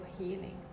healing